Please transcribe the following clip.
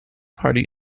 party